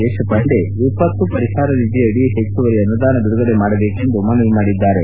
ದೇಶಪಾಂಡೆ ವಿಪತ್ತು ಪರಿಹಾರ ನಿಧಿಯಡಿ ಹೆಚ್ಚುವರಿ ಅನುದಾನ ಬಿಡುಗಡೆ ಮಾಡಬೇಕೆಂದು ಮನವಿ ಮಾಡಿದ್ಲಾರೆ